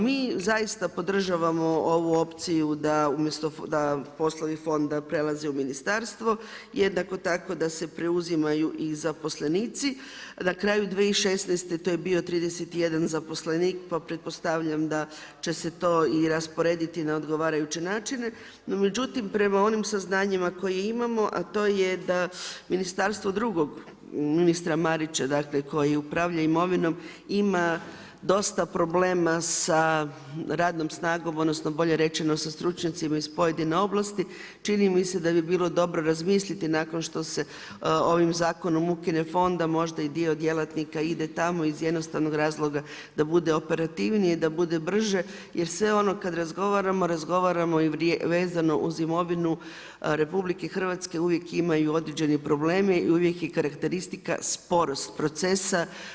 Mi zaista podržavamo ovu opciju da poslovi fonda prelaze u ministarstvo jednako tako da se preuzimaju i zaposlenici, na kraju 2016. to je bio 31 zaposlenik, pa pretpostavljam da će se to i rasporediti na odgovarajuće načine, no međutim prema onim saznanjima koje imamo, a to je da ministarstvo drugog ministar Marića, dakle koji upravlja imovinom ima dosta problema sa radnom snagom, odnosno bolje rečeno sa stručnjacima iz pojedine oblasti, čini mi se da bi bilo dobro razmisliti nakon što što se ovim zakonom ukine fond da možda i dio djelatnika ide tamo iz jednostavnog razloga da bude operativniji, da bude brže, jer sve ono kad razgovaramo, razgovaramo i vezano uz imovinu RH uvijek imaju određeni problemi i uvijek je karakteristika sporost procesa.